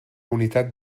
unitat